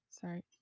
sorry